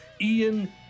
Ian